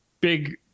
big